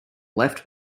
left